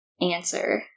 answer